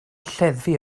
lleddfu